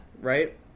Right